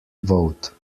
vote